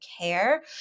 care